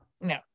No